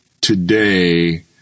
today